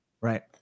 Right